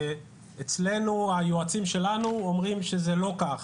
אצלנו היועצים שלנו אומרים שזה לא כך,